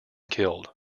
killed